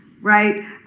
right